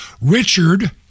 Richard